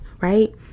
right